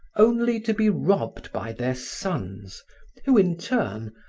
only to be robbed by their sons who, in turn,